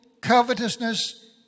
covetousness